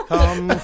Come